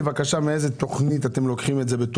תפרט לי בבקשה מאיזו תכנית אתם לוקחים את זה.